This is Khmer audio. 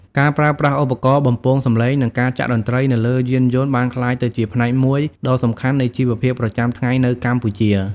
ការប្រើប្រាស់ឧបករណ៍បំពងសម្លេង និងការចាក់តន្រ្តីនៅលើយានយន្តបានក្លាយទៅជាផ្នែកមួយដ៏សំខាន់នៃជីវភាពប្រចាំថ្ងៃនៅកម្ពុជា។